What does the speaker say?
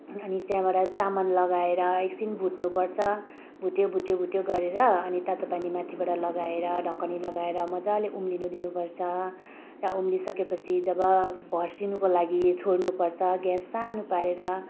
अनि त्यहाँबाट चामल लगाएर एकछिन भुट्नु पर्छ भुट्यो भुट्यो भुट्यो गरेर अनि तातो पानी माथिबाट लगाएर ढकनी लगाएर मजाले उम्लिनु दिनुपर्छ र उम्लिसकेपछि जब भर्सिनुको लागि छोड्नुपर्छ ग्यास सानो पारेर